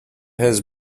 has